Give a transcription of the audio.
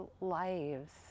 lives